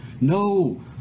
No